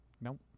Nope